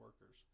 workers